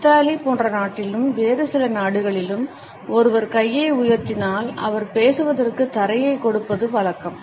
Italy போன்ற நாட்டிலும் வேறு சில நாடுகளிலும் ஒருவர் கையை உயர்த்தினால் அவர் பேசுவதற்கு இடம் கொடுப்பது வழக்கம்